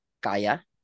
Kaya